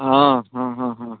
आ हा हा हा